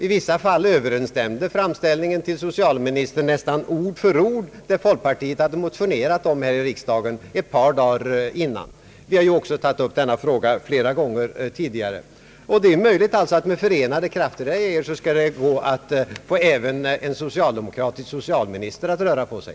I vissa fall överensstämde framställningen till socialministern nästan ord för ord med det folkpartiet hade motionerat om ett par dagar tidigare. Vi har också tagit upp denna fråga flera gånger förut. Det är möjligt, herr Geijer, att vi med förenade krafter skall få även en socialdemokratisk socialminister att röra på sig.